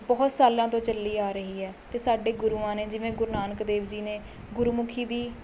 ਬਹੁਤ ਸਾਲਾਂ ਤੋਂ ਚੱਲੀ ਆ ਰਹੀ ਹੈ ਅਤੇ ਸਾਡੇ ਗੁਰੂਆਂ ਨੇ ਜਿਵੇਂ ਗੁਰੂ ਨਾਨਕ ਦੇਵ ਜੀ ਨੇ ਗੁਰਮੁਖੀ ਦੀ